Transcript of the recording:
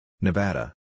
Nevada